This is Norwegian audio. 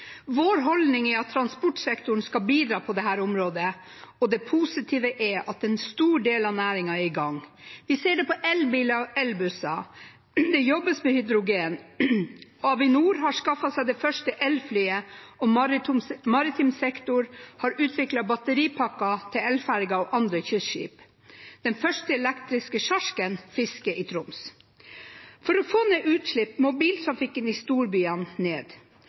Vår holdning er at transportsektoren skal bidra på dette området, og det positive er at en stor del av næringen er i gang. Vi ser det på elbiler og elbusser. Det jobbes med hydrogen. Avinor har skaffet seg det første elflyet, og maritim sektor har utviklet batteripakker til elferger og andre kystskip. Den første elektriske sjarken fisker i Troms. For å få ned utslippene må biltrafikken i storbyene ned.